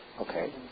Okay